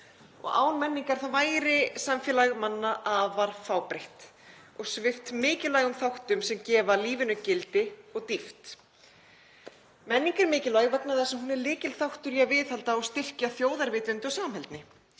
Án menningar væri samfélag manna afar fábreytt og svipt mikilvægum þáttum sem gefa lífinu gildi og dýpt. Menning er mikilvæg vegna þess að hún er lykilþáttur í að viðhalda og styrkja þjóðarvitund og samheldni